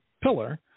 pillar